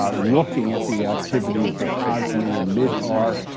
ah looking at the activities of hazmi and mihdhar,